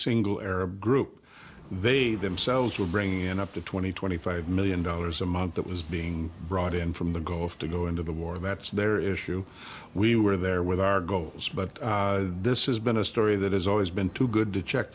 single arab group they themselves were bringing in up to twenty twenty five million dollars a month that was being brought in from the go off to go into the war that's their issue we were there with our goals but this is been a story that has always been too good to check